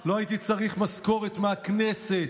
שלא הייתי צריך משכורת מהכנסת.